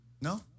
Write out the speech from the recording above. No